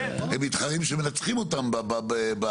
הם מתחרים שמנצחים אותם בשטח.